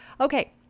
Okay